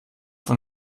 von